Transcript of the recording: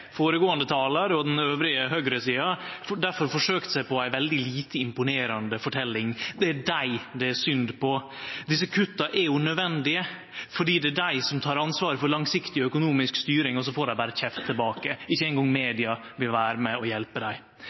føregåande talar og høgresida elles difor forsøkt seg på ei veldig lite imponerande forteljing: Det er dei det er synd på. Desse kutta er jo nødvendige. Dei tek ansvar for langsiktig, økonomisk styring, og så får dei berre kjeft tilbake. Ikkje eingong media vil vere med og hjelpe dei.